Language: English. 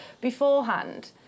beforehand